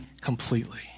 completely